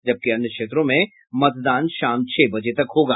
जबकि अन्य क्षेत्रों में मतदान शाम छह बजे तक होगा